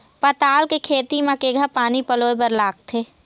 पताल के खेती म केघा पानी पलोए बर लागथे?